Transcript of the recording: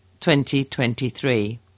2023